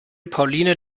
pauline